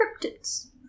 cryptids